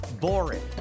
boring